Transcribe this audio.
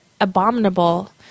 abominable